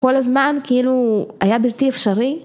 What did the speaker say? כל הזמן כאילו היה בלתי אפשרי.